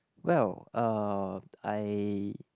well uh I